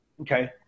okay